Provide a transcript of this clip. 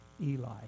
Eli